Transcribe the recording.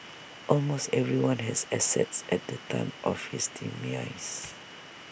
almost everyone has assets at the time of his demise